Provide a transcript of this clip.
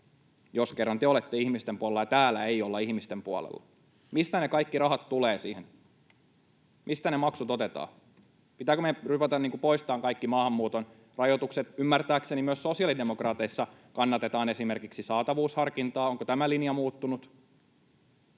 jos kerta te olette ihmisten puolella ja täällä ei olla ihmisten puolella? Mistä ne kaikki rahat tulevat siihen? Mistä ne maksut otetaan? Pitääkö meidän ruveta poistamaan kaikki maahanmuuton rajoitukset? Ymmärtääkseni myös sosiaalidemokraateissa kannatetaan esimerkiksi saatavuusharkintaa. Onko tämä linja muuttunut?